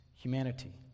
humanity